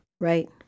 Right